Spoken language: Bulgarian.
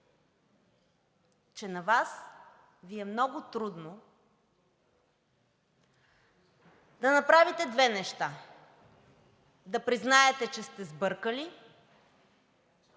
че на Вас Ви е много трудно да направите две неща: да признаете, че сте сбъркали